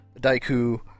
Daiku